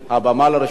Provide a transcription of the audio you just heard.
הבמה לרשותך.